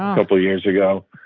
couple years ago.